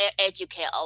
educate